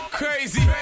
crazy